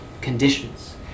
conditions